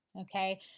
Okay